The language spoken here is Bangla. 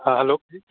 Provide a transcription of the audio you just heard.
হ্যাঁ হ্যালো কে